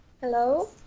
Hello